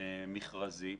במכרזים,